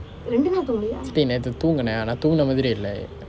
சரி நேற்று தூங்கினேன் ஆனா தூங்கின மாதிரி இல்லை:sari naetru thunginen aanaa thungina maathiri illai